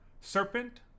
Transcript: Serpent